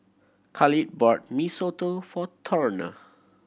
Khalid bought Mee Soto for Turner